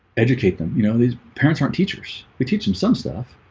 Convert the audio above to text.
educate them, you know, these parents aren't teachers we teach them some stuff.